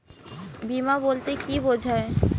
বিমা বলতে কি বোঝায়?